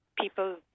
people